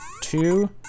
two